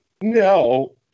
No